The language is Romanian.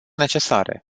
necesare